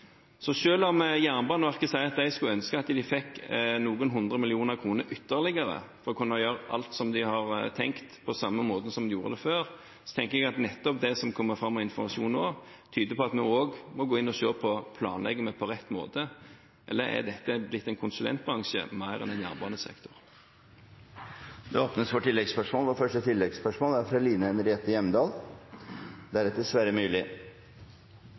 Så selv om Jernbaneverket sier at de skulle ønske at de fikk ytterligere noen hundre millioner kroner for å kunne gjøre alt som de har tenkt, på samme måten som de gjorde det før, tenker jeg at nettopp det som kommer fram av informasjon nå, tyder på at vi også må gå inn og se om vi planlegger på rett måte, eller om dette er blitt mer en konsulentbransje enn en jernbanesektor. Det åpnes for oppfølgingsspørsmål – først Line Henriette Hjemdal.